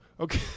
Okay